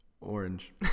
orange